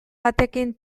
batekin